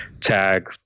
tag